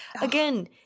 Again